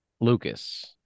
Lucas